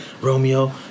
Romeo